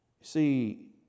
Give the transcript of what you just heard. See